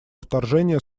вторжения